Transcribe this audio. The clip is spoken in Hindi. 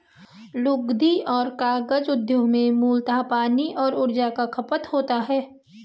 लुगदी और कागज उद्योग में मूलतः पानी और ऊर्जा का खपत होता है